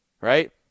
right